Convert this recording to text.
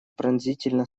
пронзительно